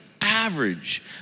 average